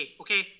okay